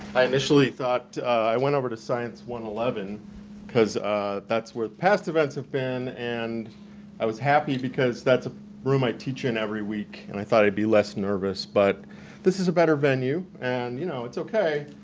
i initially thought, i went over the science one hundred and eleven because that's where the past events have been, and i was happy because that's a room i teach in every week and i thought i'd be less nervous. but this is a better venue, and you know it's okay.